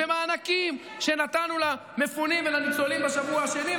ומענקים שנתנו למפונים ולניצולים בשבוע השני,